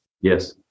Yes